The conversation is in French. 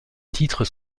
titres